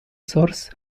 source